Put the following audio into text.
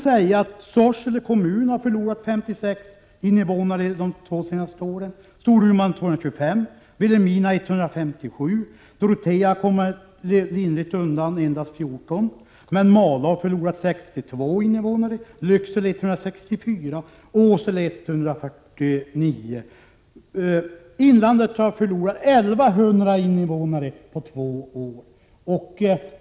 Sorsele kommun har förlorat 56 invånare under de två senaste åren. Storuman har förlorat 225 och Vilhelmina 157. Dorotea kom lindrigt undan och har endast förlorat 14. Malå har förlorat 62 invånare, Lycksele 164 och Åsele 149. Inlandet har förlorat 1 100 invånare under de två åren.